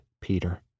Peter